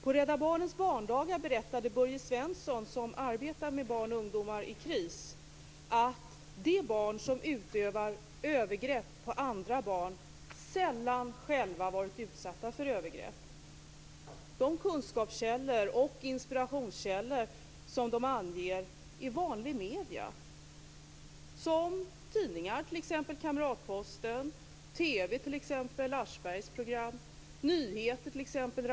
På Rädda Barnens barndagar berättade Börje Svensson, som arbetar med barn och ungdomar i kris, att de barn som utövar övergrepp på andra barn sällan själva varit utsatta för övergrepp. De kunskapskällor och inspirationskällor som de anger är vanliga medier som tidningar, t.ex. Kamratposten, TV, t.ex. Aschbergs program, nyheter, t.ex.